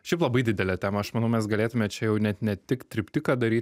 šiaip labai didelę temą aš manau mes galėtume čia jau net ne tik triptiką daryt